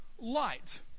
light